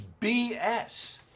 BS